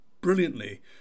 brilliantly